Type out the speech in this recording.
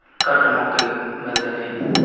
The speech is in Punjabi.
ਘੱਟ ਮੌਕੇ ਮਿਲਦੇ ਨੇ